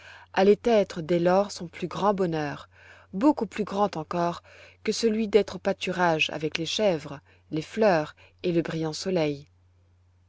allait être dès lors son plus grand bonheur beaucoup plus grand encore que celui d'être au pâturage avec les chèvres les fleurs et le brillant soleil